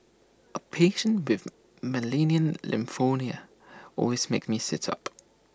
A patient with malignant always makes me sit up